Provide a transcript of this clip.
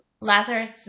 Lazarus